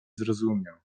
zrozumiał